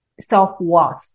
self-worth